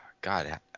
God